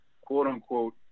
quote-unquote